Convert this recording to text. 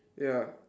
ya